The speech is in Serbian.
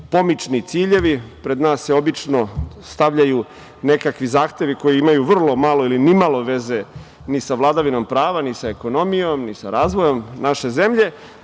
pomični ciljevi, pred nas se obično stavljaju nekakvi zahtevi koji imaju vrlo malo ili nimalo veze ni sa vladavinom prava, ni sa ekonomijom, ni sa razvojem naše zemlje.